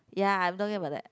ya I'm talking about that